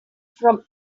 from